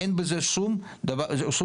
אין בזה שום בושה,